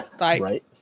Right